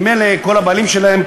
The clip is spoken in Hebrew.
כי ממילא כל הבעלים שלהן,